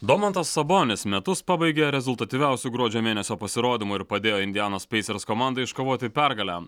domantas sabonis metus pabaigė rezultatyviausiu gruodžio mėnesio pasirodymu ir padėjo indianos pacers komandai iškovoti pergalę